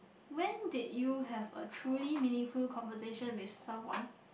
when did you have a truly meaningful conversation with someone